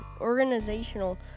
organizational